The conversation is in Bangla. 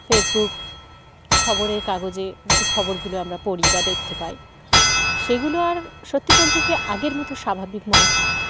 ফেসবুক খবরের কাগজে যে খবরগুলো আমরা পড়ি বা দেখতে পাই সেগুলো আর সত্যি বলতে গিয়ে আগের মতো স্বাভাবিক মনে হয় না